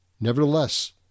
Nevertheless